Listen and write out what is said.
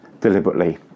deliberately